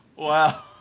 Wow